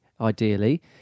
Ideally